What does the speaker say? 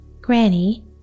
Granny